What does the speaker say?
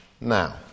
now